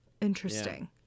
Interesting